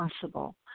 possible